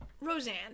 Roseanne